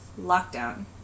Lockdown